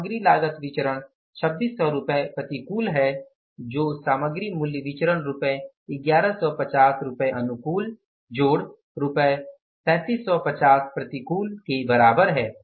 सामग्री लागत विचरण 2600 रुपये प्रतिकूल है जो सामग्री मूल्य विचरण रुपये 1150 रुपये अनुकूल रुपये 3750 प्रतिकूल के बराबर है